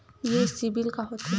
ये सीबिल का होथे?